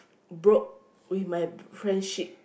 broke with my friendship